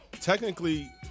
technically